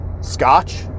scotch